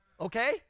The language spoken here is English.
okay